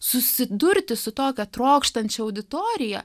susidurti su tokia trokštančia auditorija